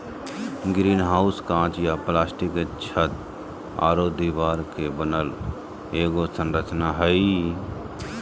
greenhouse काँच या plastic के छत आरो दीवार के साथ बनल एगो संरचना हइ